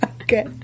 Okay